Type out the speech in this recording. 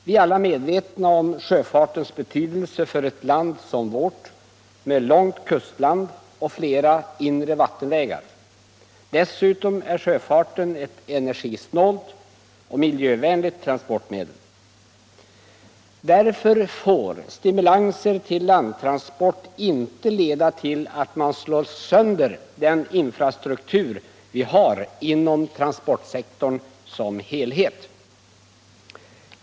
Vi är alla medvetna om sjöfartens betydelse för ett land som vårt med långt kustland och flera inre vattenvägar. Dessutom är sjöfarten ett energisnålt och miljövänligt transportmedel. Därför får stimulanser till landtransport inte leda till att man slår sönder den infrastruktur vi har inom transportsektorn som helhet.